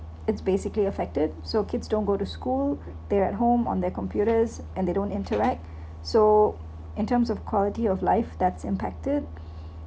it's basically affected so kids don't go to school they're at home on their computers and they don't interact so in terms of quality of life that's impacted